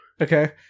Okay